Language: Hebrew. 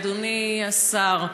אדוני השר,